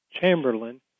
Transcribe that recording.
Chamberlain